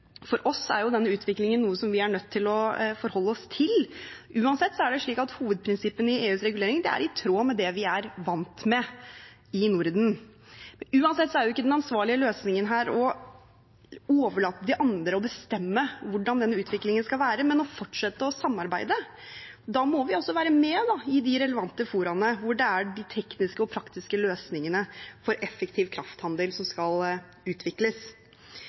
For oss er denne utviklingen noe vi er nødt til å forholde oss til. Uansett er det slik at hovedprinsippene i EUs regulering er i tråd med det vi er vant med i Norden. Uansett er ikke den ansvarlige løsningen her å overlate til andre å bestemme hvordan denne utviklingen skal være, men å fortsette å samarbeide. Da må vi også være med i de relevante foraene hvor det er de tekniske og praktiske løsningene for effektiv krafthandel som skal utvikles.